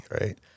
right